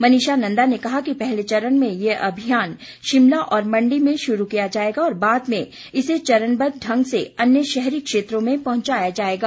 मनीषा नंदा ने कहा कि पहले चरण में ये अभियान शिमला और मण्डी में शुरू किया जाएगा और बाद में इसे चरणबद्व ढंग से अन्य शहरी क्षेत्रों में पहुंचाया जाएगा